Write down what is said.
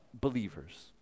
believers